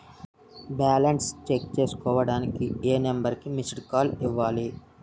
Balance check చేసుకోవటానికి ఏ number కి మిస్డ్ కాల్ ఇవ్వాలి?